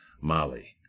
Molly